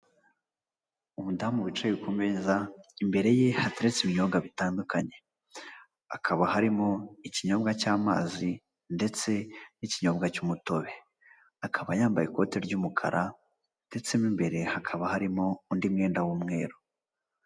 Umudamu wicaye ku meza imbere ye hateretse ibinyobwa bitandukanye hakaba harimo ikinyobwa cy'amazi ndetse n'ikinyobwa cy'umutobe akaba yambaye ikote ry'umukara ndetse n'imbere hakaba harimo undi mwenda w'umweru.